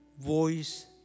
voice